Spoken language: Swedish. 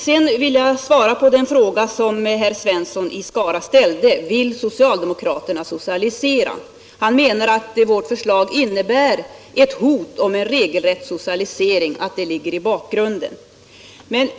Sedan ställde herr Svensson i Skara frågan: Vill socialdemokraterna socialisera? Han menade att vårt förslag innebär ett hot om en regelrätt socialisering och att det är den som ligger i bakgrunden.